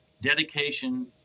dedication